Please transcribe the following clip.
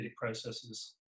processes